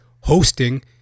hosting